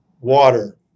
water